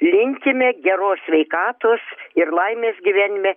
linkime geros sveikatos ir laimės gyvenime